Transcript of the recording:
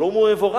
שלום הוא מבורך,